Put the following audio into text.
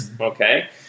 okay